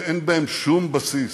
שאין להן שום בסיס.